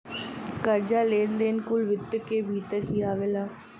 कर्जा, लेन देन कुल वित्त क भीतर ही आवला